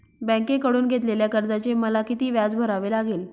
बँकेकडून घेतलेल्या कर्जाचे मला किती व्याज भरावे लागेल?